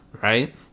right